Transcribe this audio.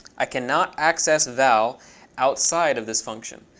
i cannot access val outside of this function.